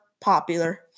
popular